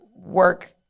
work